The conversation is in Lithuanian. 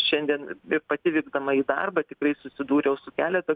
šiandien pati vykdama į darbą tikrai susidūriau su keletu